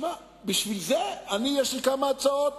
יש לי כמה הצעות